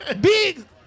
big